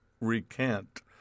recant